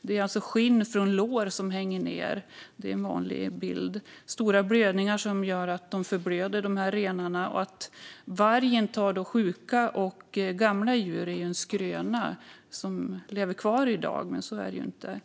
Det är skinn som hänger ned från låren - det är en vanlig bild. Det är stora blödningar som gör att renarna förblöder. Att vargen tar sjuka och gamla djur är en skröna som lever kvar i dag. Så är det inte.